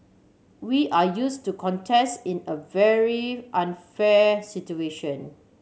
we are used to contest in a very unfair situation